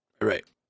Right